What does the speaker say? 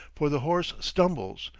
for the horse stumbles,